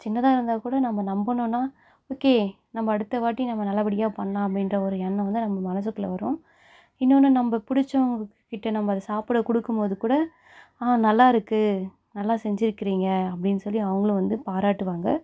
சின்னாக தான் இருந்தால் கூட நம்ம நம்பினோன்னா ஓகே நம்ம அடுத்தவாட்டி நம்ம நல்லபடியாக பண்ணலாம் அப்படின்றத ஒரு எண்ணம் வந்து நம்ம மனசுக்குள்ளே வரும் இன்னொன்று நம்ம பிடிச்சவங்ககிட்ட நம்ம அதை சாப்பிட கொடுக்கும்போது கூட நல்லாயிருக்கு நல்லா செஞ்சு இருக்கிறீங்க அப்படின்னு சொல்லி அவங்களும் வந்து பாராட்டுவாங்க